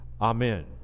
amen